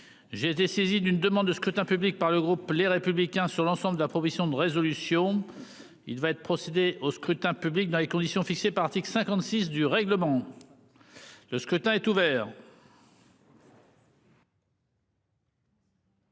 J'ai été saisi d'une demande de scrutin public par le groupe Les Républicains sur l'ensemble de la proposition de résolution. Il va être procédé au scrutin public dans les conditions fixées que 56 du règlement. Le scrutin est ouvert.